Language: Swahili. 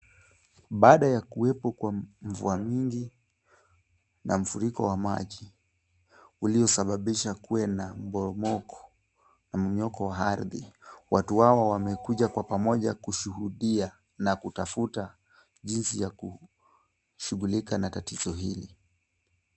Baada ya kuwepo kwa mvua nyingi na mafuriko wa maji, uliosababisha kuwe na mporomoko na mmomonyoko wa ardhi, watu hawa wamekuja pamoja kushuhudia na kutafuta jinsi ya kushughulika na tatizo hili.